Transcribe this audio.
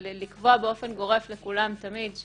אבל לקבוע באופן גורף לכולם תמיד,